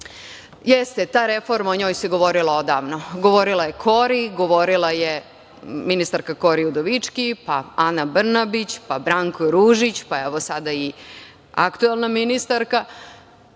jeste, ta reforma, o njoj se govorilo odavno, govorila je ministarka Kori Udovički, pa Ana Brnabić, pa Branko Ružić, pa sada i aktuelna ministarka. Ne